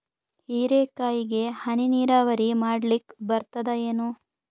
ಹೀರೆಕಾಯಿಗೆ ಹನಿ ನೀರಾವರಿ ಮಾಡ್ಲಿಕ್ ಬರ್ತದ ಏನು?